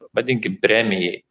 vadinkim premijai